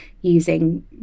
using